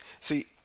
See